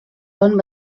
pont